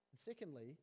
secondly